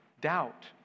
Doubt